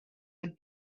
would